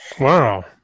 Wow